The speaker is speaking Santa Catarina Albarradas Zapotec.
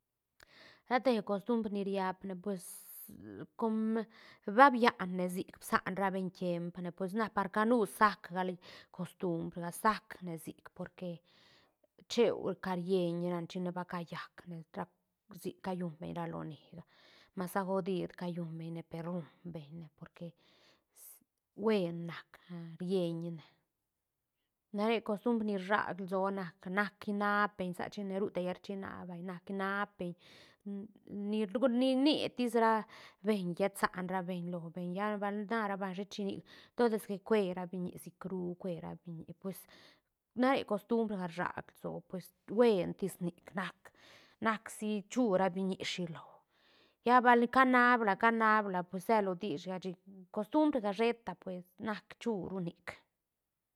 Ra te costumbr ni riap ne pues com ba biane sic bsan ra beñ tiemp ne pues na par canu sac gal costumbr ga sac ne sic porque cheu ca rieñ ra ne china ba ca llac ne ra- sic ba callun beñ ra loni ga ma sa godid calluñ beñne per rum beñne porque uen nac a rieñ ne na re costumbr ni rsag lsoa nac- nac inapeñ sa china ru llal te rchïna vay nac inapeñ ni ni tis ra beñ llet saán ra beñ lo beñ lla bal nara banga shet shinicdi todes que cue ra biñi sicru cuera biñi pues na re costumbra rsag lsoa pues buentis nic nac nac si chura biñi shilo lla bal canabla- canabla pues se lo dich ga chic costumbra sheta pues nac chu runic.